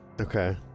Okay